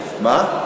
מה?